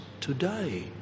today